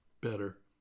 better